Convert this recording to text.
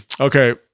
Okay